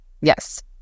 Yes